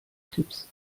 tipps